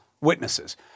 witnesses